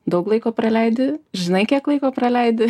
daug laiko praleidi žinai kiek laiko praleidi